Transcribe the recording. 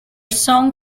song